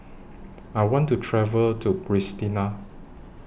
I want to travel to Pristina